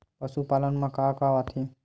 पशुपालन मा का का आथे?